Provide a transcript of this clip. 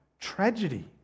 tragedy